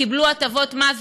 קיבלו הטבות מס,